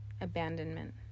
Abandonment